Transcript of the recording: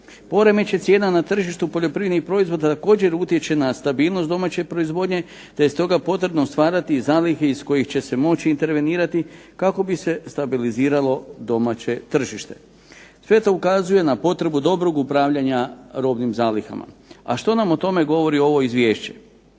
Poremećaj cijena na tržištu poljoprivrednih proizvoda također utječe na stabilnost domaće proizvodnje, te je stoga potrebno stvarati i zalihe iz kojih će se moći intervenirati, kako bi se stabiliziralo domaće tržište. Sve to ukazuje na potrebu dobrog upravljanja robnim zalihama. A što nam o tome govori ovo izvješće?